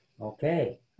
Okay